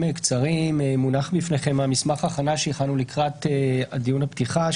מונח בפניכם מסמך ההכנה שהכנו לקראת דיון הפתיחה.